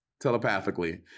telepathically